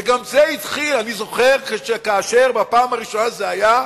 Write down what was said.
וגם זה התחיל, אני זוכר כאשר בפעם הראשונה זה היה,